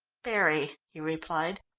very, he replied.